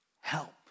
Help